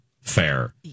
fair